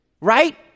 Right